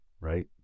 right